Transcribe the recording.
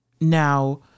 Now